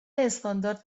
استاندارد